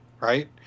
right